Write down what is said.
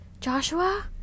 Joshua